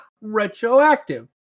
Retroactive